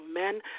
amen